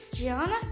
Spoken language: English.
Gianna